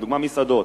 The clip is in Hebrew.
לדוגמה מסעדות.